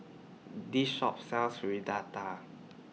This Shop sells Fritada